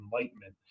enlightenment